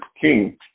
king